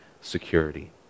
security